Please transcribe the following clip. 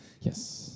Yes